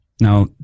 Now